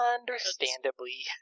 Understandably